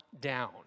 down